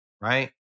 right